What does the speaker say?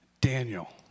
Daniel